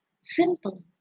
simple